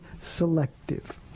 selective